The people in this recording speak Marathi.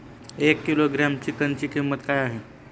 एक किलोग्रॅम चिकनची किंमत काय आहे?